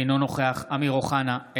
אינו נוכח אמיר אוחנה,